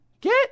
Get